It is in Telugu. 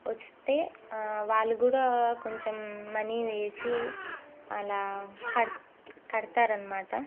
వస్తే వాళ్ళు కూడా కొంచెం మనీ వేసి అలా కడ కడతారన్నమాట